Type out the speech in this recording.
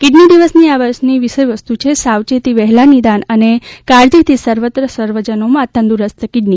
kidney દિવસની આ વર્ષની વિષય વસ્તુ છે સાવચેતી વહેલા નિદાન અને કાળજીથી સર્વત્ર સર્વજનોમાં તંદુરસ્ત કિડની